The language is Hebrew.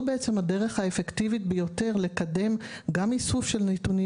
בעצם הדרך האפקטיבית ביותר לקדם גם איסוף של נתונים